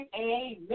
amen